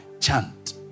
chant